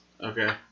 Okay